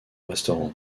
restaurant